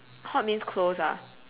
hot means close ah